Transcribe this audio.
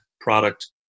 product